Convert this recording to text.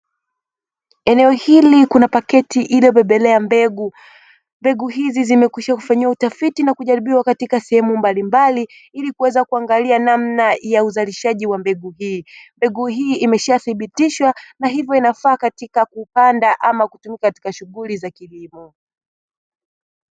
Eneo hili kuna paketi ilo bebelea mbegu, mbegu hizi zimekwisha fanyiwa utafiti na kujaribiwa katika sehemu mbalimbali ili kuweza kuangalia namna ya uzalishaji wa mbegu hii, mbegu hii imesha thibitishwa na hivyo inafaa katika kupanda au kutumika katika shughuli za kilimo.